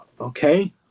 okay